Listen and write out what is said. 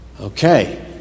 Okay